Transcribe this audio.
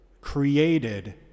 created